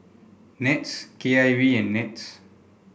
NETS K I V and NETS